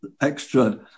extra